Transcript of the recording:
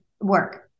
work